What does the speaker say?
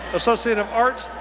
associate of arts,